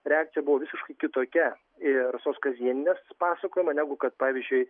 reakcija buvo visiškai kitokia ir rasos kazienėnės pasakojamą negu kad pavyzdžiui